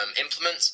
implement